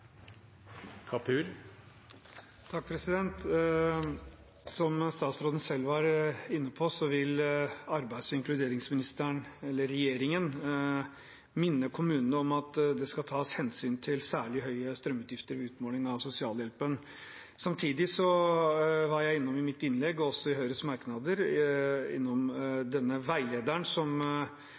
i sammenheng. Som statsråden selv var inne på, vil arbeids- og inkluderingsministeren, eller regjeringen, minne kommunene om at det skal tas hensyn til særlig høye strømutgifter ved utmåling av sosialhjelpen. Samtidig: I mitt innlegg var jeg innom denne veilederen som